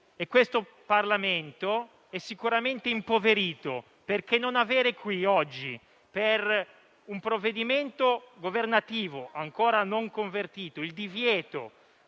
e questo Parlamento è sicuramente impoverito, perché, per un provvedimento governativo ancora non convertito, il divieto